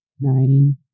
Nine